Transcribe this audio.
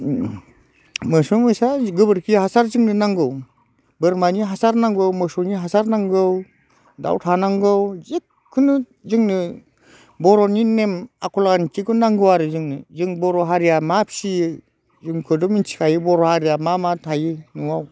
मोसौ मोसा गोबोरखि हासार जोंनो नांगौ बोरमानि हासार नांगौ मोसौनि हासार नांगौ दाउ थानांगौ जिखुनु जोंनो बर'नि नेम आखल आन्थिखौ नांगौ आरो जोंनो जों बर' हारिया मा फियो जोंखौथ' मिन्थिखायो बर' हारिया मा मा थायो न'आव